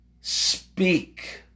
speak